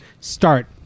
start